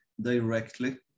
directly